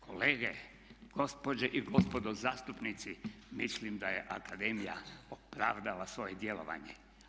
Kolege, gospođe i gospodo zastupnici mislim da je akademija opravdala svoje djelovanje.